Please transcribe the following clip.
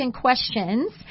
questions